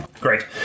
Great